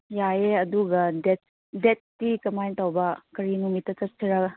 ꯌꯥꯏꯌꯦ ꯑꯗꯨꯒ ꯗꯦꯗꯇꯤ ꯀꯃꯥꯏ ꯇꯧꯕ ꯀꯔꯤ ꯅꯨꯃꯤꯠꯇ ꯆꯠꯁꯤꯔꯥ